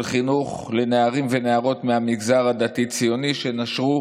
של חינוך לנערים ונערות מהמגזר הדתי-ציוני שנשרו